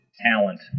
talent